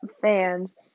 fans